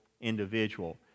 individual